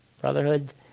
Brotherhood